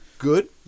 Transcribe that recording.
Good